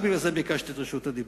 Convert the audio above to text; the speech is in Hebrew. רק בגלל זה ביקשתי את רשות הדיבור,